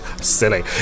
silly